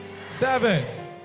Seven